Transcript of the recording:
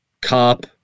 cop